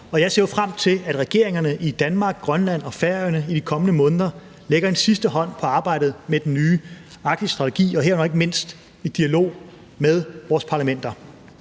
Jeg ser jo frem til, at regeringerne i Danmark, Grønland og Færøerne i de kommende måneder lægger en sidste hånd på arbejdet med den nye Arktisstrategi, herunder ikke mindst i dialog med vores parlamenter.